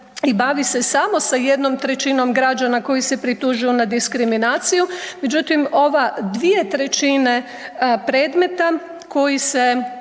i bavi se samo sa 1/3 građana koji se pritužuju na diskriminaciju. Međutim, ova 2/3 predmeta koji se,